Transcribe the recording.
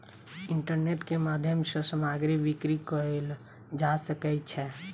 internet के माध्यम सॅ सामग्री बिक्री कयल जा सकै छै